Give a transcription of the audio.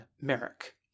Merrick